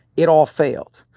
it all failed.